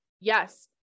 yes